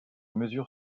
mesure